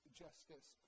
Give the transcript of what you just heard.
justice